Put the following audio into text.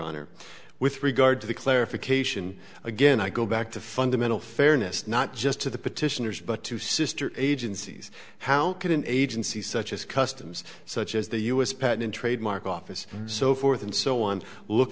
honor with regard to the clarification again i go back to fundamental fairness not just to the petitioners but to sister agencies how can an agency such as customs such as the u s patent and trademark office and so forth and so on look